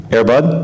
Airbud